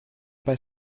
pas